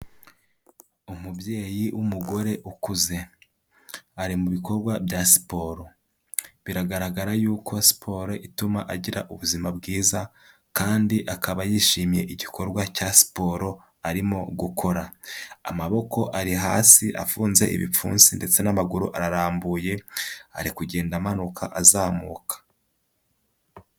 Umubyeyi w'umugore ukuze, ari mu bikorwa bya siporo, biragaragara yuko siporo ituma agira ubuzima bwiza kandi akaba yishimiye igikorwa cya siporo arimo gukora, amaboko ari hasi afunze ibipfunsi ndetse n'amaguru ararambuye, ari kugenda amanuka azamuka.